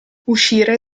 uscire